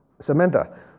Samantha